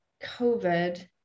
covid